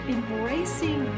Embracing